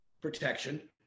protection